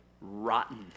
rotten